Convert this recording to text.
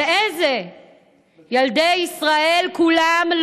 ילדי ישראל כולם,